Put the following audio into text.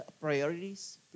priorities